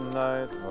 night